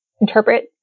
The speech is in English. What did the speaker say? interpret